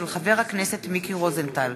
של חבר הכנסת מיקי רוזנטל.